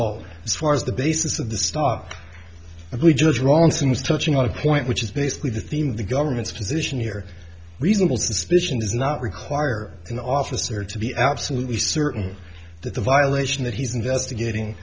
all as far as the basis of the starr and we judge wrong seems touching on a point which is basically the theme of the government's position here reasonable suspicion is not require an officer to be absolutely certain that the violation that he's investigating